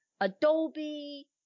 Adobe